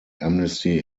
amnesty